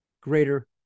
greater